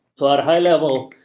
so at a high level,